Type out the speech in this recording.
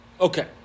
okay